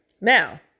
now